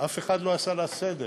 אף אחד לא עשה לה סדר